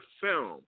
film